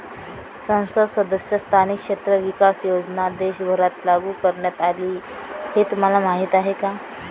संसद सदस्य स्थानिक क्षेत्र विकास योजना देशभरात लागू करण्यात आली हे तुम्हाला माहीत आहे का?